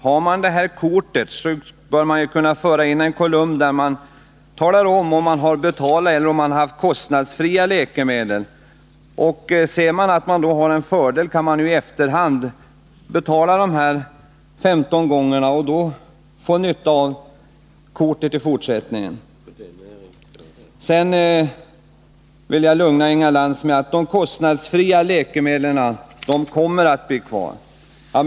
Har man det här kortet, bör man ju kunna ha en kolumn där man anger, om man har betalat eller om man har haft kostnadsfria läkemedel. Ser man att man har en fördel, kan man ju i efterhand betala de 15 gångerna och då få nytta av kortet i fortsättningen. Sedan vill jag lugna Inga Lantz med att vi kommer att ha kvar de kostnadsfria läkemedlen. Herr talman!